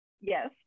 yes